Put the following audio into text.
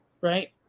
Right